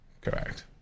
correct